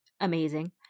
amazing